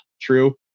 true